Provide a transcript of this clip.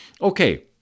Okay